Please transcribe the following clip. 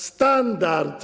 Standard.